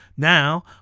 Now